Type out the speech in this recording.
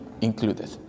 included